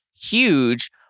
huge